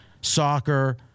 soccer